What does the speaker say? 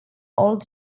old